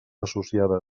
associades